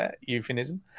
euphemism